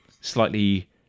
slightly